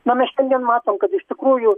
na mes šiandien matom kad iš tikrųjų